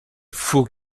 faut